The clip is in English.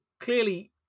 clearly